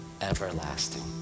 everlasting